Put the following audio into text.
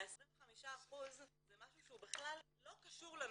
ה-25% זה משהו שהוא בכלל לא קשור לנושא.